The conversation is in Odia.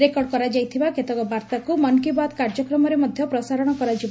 ରେକର୍ଡ କରାଯାଇଥିବା କେତେକ ବାର୍ତ୍ତାକୁ ମନ୍ କି ବାତ୍ କାର୍ଯ୍ୟକ୍ରମରେ ମଧ୍ୟ ପ୍ରସାରଣ କରାଯିବ